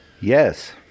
Yes